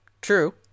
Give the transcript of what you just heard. True